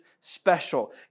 special